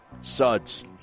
Suds